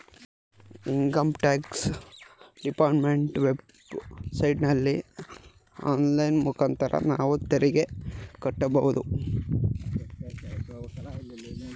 income tax department web ಸೈಟಲ್ಲಿ online ಮುಖಾಂತರ ನಾವು ತೆರಿಗೆ ಕಟ್ಟಬೋದು